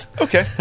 Okay